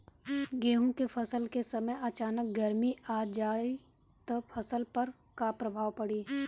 गेहुँ के फसल के समय अचानक गर्मी आ जाई त फसल पर का प्रभाव पड़ी?